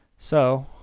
so,